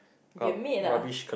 they made ah